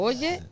Oye